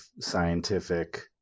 scientific